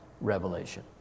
revelation